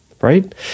right